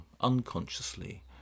unconsciously